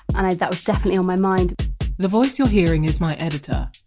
and that was definitely on my mind the voice you're hearing is my editor,